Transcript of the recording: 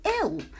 ill